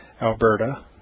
Alberta